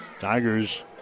Tigers